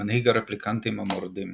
מנהיג הרפליקנטים המורדים.